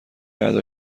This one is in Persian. ادا